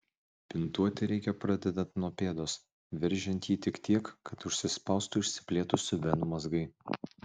bintuoti reikia pradedant nuo pėdos veržiant jį tik tiek kad užsispaustų išsiplėtusių venų mazgai